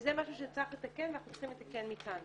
וזה משהו שצריך לתקן ואנחנו צריכים לתקן מכאן.